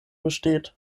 besteht